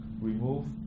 remove